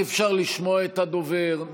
אי-אפשר לשמוע את הדובר.